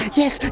yes